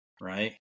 right